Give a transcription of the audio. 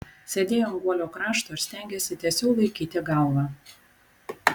sėdėjo ant guolio krašto ir stengėsi tiesiau laikyti galvą